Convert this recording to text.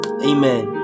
Amen